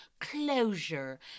closure